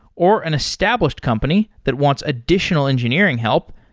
or an established company that wants additional engineering help,